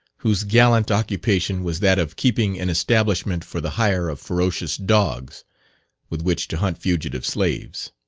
whose gallant occupation was that of keeping an establishment for the hire of ferocious dogs with which to hunt fugitive slaves.